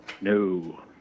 No